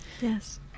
Yes